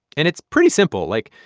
and it's pretty simple. like,